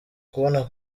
kubona